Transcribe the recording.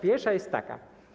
Pierwsza jest taka.